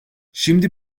şimdi